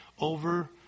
over